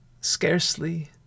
scarcely